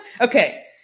Okay